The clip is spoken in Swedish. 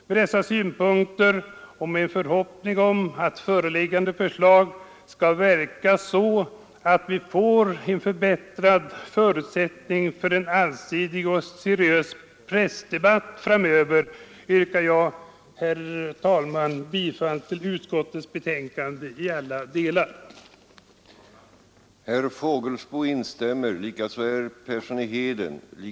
Med dessa synpunkter och med förhoppning om att föreliggande förslag skall verka så att vi får en förbättrad förutsättning för en allsidig och seriös pressdebatt framöver yrkar jag, herr talman, bifall till vad utskottet hemställt i alla delar av betänkandet.